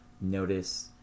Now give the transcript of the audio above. notice